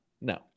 no